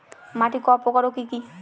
মাটি কত প্রকার ও কি কি?